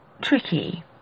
tricky